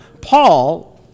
Paul